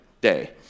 day